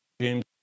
James